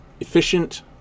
efficient